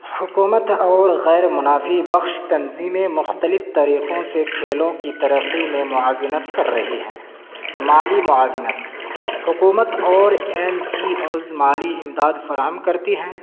حکومت اور غیر منافی بخش تنظیمیں مختلف طریقوں سے کھیلوں کی ترقی میں معاونت کر رہی ہے مالی معاونت حکومت اور این جی اوز مالی امداد فراہم کرتی ہیں